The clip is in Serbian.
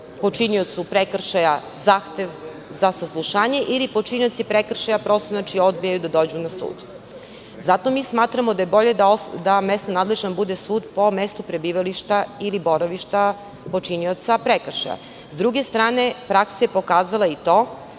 počiniocu prekršaja zahtev za saslušanje ili počinioci prekršaja odbijaju da dođu na sud. Zato mi smatramo da je bolje da mesna nadležnost bude sud po mestu prebivališta ili boravišta počinioca prekršaja. Sa druge strane, praksa je pokazala i to